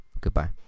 Goodbye